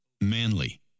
manly